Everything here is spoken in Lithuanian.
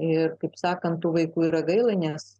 ir kaip sakant tų vaikų yra gaila nes